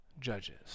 judges